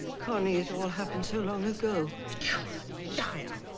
connie it all happened so long ago. your a liar.